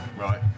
Right